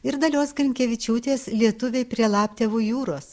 ir dalios grinkevičiūtės lietuviai prie laptevų jūros